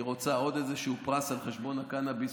היא רוצה עוד איזשהו פרס על חשבון הקנביס,